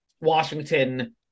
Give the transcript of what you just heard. Washington